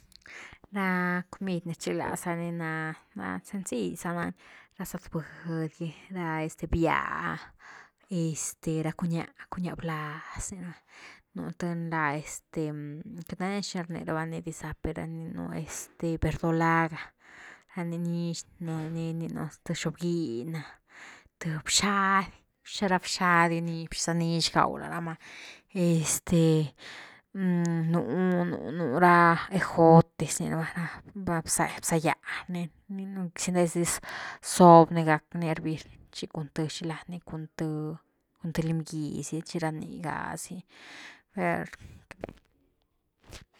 Ra comid ni rchigalaza ni na-na sencill za nani ra zetbundy gy este, ra bya, ra cuñah, cuñah blaaz rninu, nú tëny la este queity nandia xina rniaba ni diza per este verdolaga ra nii nix nani rninu, th xobginy na, th bxady, ra bxady gy per xiza nix gaw lá rama este nu nura ejotes rni raba ra-ra bza, bza gya rninu sindes dis zob ni gack ni hervir chi cun th xila ni cun th lim gy zy chira nii ga zi per.